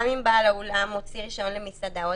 גם אם בעל האולם מוציא רישיון למסעדה,